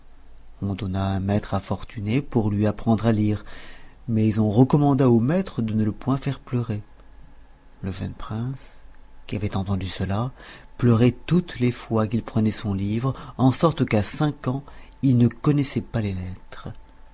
on donna un maître à fortuné pour lui apprendre à lire mais on recommanda au maître de ne le point faire pleurer le jeune prince qui avait entendu cela pleurait toutes les fois qu'il prenait son livre en sorte qu'à cinq ans il ne connaissait pas les lettres